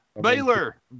Baylor